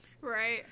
Right